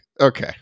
Okay